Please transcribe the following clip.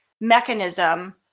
mechanism